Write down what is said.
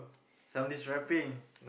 somebody's rapping